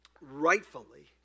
rightfully